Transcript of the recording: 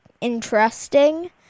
interesting